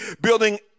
building